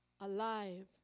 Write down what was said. alive